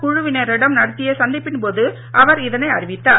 குழுவினரிடம் நடத்திய சந்திப்பின் போது அவர் இதனை அறிவித்தார்